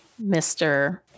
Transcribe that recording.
Mr